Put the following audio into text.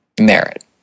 merit